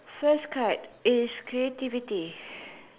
first card is creativity